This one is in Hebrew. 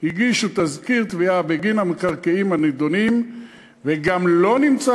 הגישו תזכיר תביעה בגין המקרקעין הנדונים וגם לא נמצא